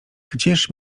gdzież